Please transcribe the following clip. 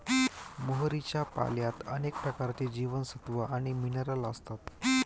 मोहरीच्या पाल्यात अनेक प्रकारचे जीवनसत्व आणि मिनरल असतात